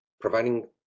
providing